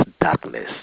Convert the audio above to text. darkness